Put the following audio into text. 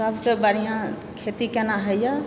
सभसँ बढ़िआँ खेती केना होइए